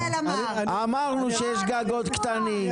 אמרנו שיש גגות קטנים.